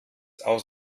aus